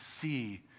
see